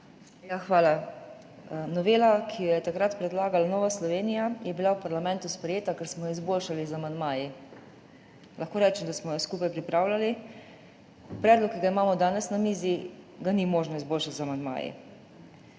Hvala. Novela, ki jo je takrat predlagala Nova Slovenija, je bila v parlamentu sprejeta, ker smo jo izboljšali z amandmaji. Lahko rečem, da smo jo skupaj pripravljali. Predloga, ki ga imamo danes na mizi, ni možno izboljšati z amandmaji.